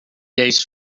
days